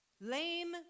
lame